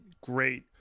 great